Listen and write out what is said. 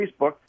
Facebook